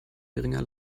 geringer